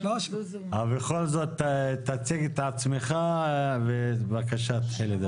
בכל זאת, תציג את עצמך ובבקשה, תתחיל לדבר.